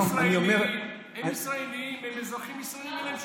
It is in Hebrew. הם ישראלים, הם אזרחים ישראלים, אין להם שום בעיה.